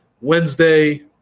Wednesday